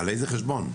על איזה חשבון?